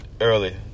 early